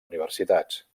universitats